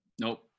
Nope